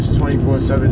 24/7